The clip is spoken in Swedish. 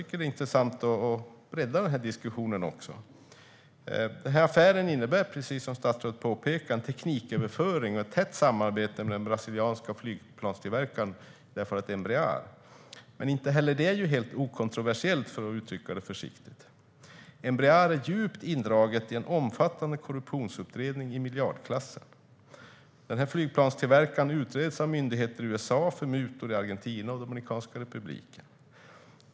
Det kan vara intressant att bredda diskussionen också. Affären innebär, precis som statsrådet påpekar, en tekniköverföring och ett tätt samarbete med den brasilianska flygplanstillverkaren Embraer. Inte heller detta är helt okontroversiellt, för att uttrycka det försiktigt. Embraer är djupt indraget i en omfattande korruptionsutredning i miljardklassen. Flygplanstillverkaren utreds av myndigheter i USA för mutor i Argentina och Dominikanska republiken.